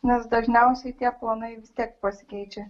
nes dažniausiai tie planai vis tiek pasikeičia